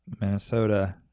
Minnesota